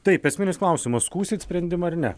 taip esminis klausimas skųsit sprendimą ar ne